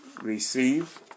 receive